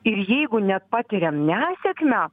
ir jeigu nepatiriam nesėkmę